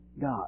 God